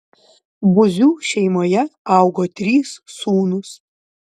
buzių šeimoje augo trys sūnūs